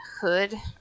hood